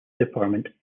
department